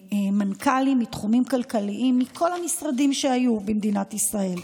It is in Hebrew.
50 מנכ"לים מתחומים כלכליים מכל המשרדים שהיו במדינת ישראל: